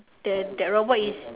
the that robot is